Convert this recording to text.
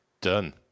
done